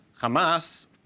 Hamas